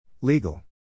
Legal